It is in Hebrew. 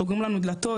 סוגרים לנו דלתות,